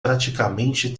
praticamente